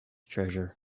treasure